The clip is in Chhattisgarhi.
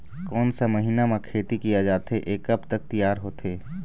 कोन सा महीना मा खेती किया जाथे ये कब तक तियार होथे?